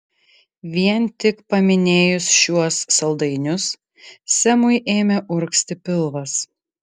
vien tik paminėjus šiuos saldainius semui ėmė urgzti pilvas